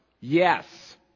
Yes